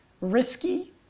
risky